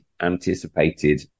anticipated